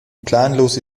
planlose